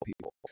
people